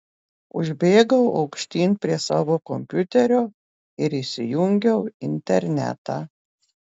užbėgau aukštyn prie savo kompiuterio ir įsijungiau internetą